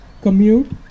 commute